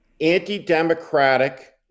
anti-democratic